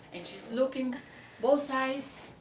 and she's looking both sides,